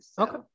Okay